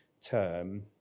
term